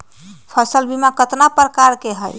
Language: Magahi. फसल बीमा कतना प्रकार के हई?